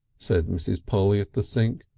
said mrs. polly at the sink,